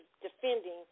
defending